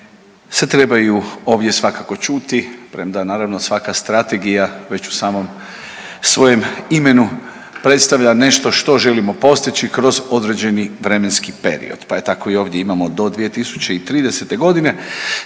se trebaju ovdje svakako čuti premda naravno svaka strategija već u samom svojem imenu predstavlja nešto što želimo postići kroz određeni vremenski period pa tako i ovdje imamo do 2030. godine